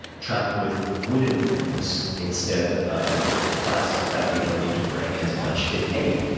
travel with wooden rings instead of plastic, that way you don't need to bring as much, if any,